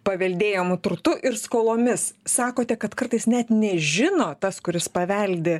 paveldėjamu turtu ir skolomis sakote kad kartais net nežino tas kuris paveldi